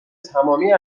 تمامی